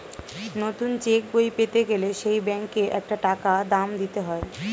নতুন চেক বই পেতে গেলে সেই ব্যাংকে একটা টাকা দাম দিতে হয়